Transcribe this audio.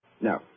No